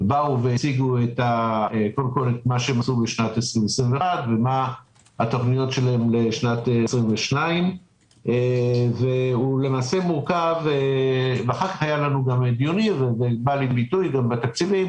הציגו את מה שהם עשו בשנת 2021 ומה התבניות שלהם לשנת 2022. אחר כך היו לנו גם דיונים וזה בא לידי ביטוי גם בתקציבים.